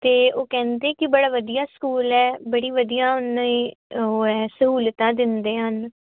ਤੇ ਉਹ ਕਹਿੰਦੇ ਕਿ ਬੜਾ ਵਧੀਆ ਸਕੂਲ ਹੈ ਬੜੀ ਵਧੀਆ ਉਹਨੀ ਉਹ ਐ ਸਹੂਲਤਾਂ ਦਿੰਦੇ ਹਨ